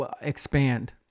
expand